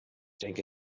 denke